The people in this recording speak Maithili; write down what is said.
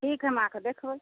ठीक है हम आके देखबै